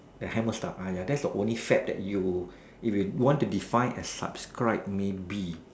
the hammer stuff !aiya! that's the only fad that you if you want to define as subscribe maybe